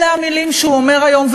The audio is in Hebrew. אלה המילים שהוא אומר היום,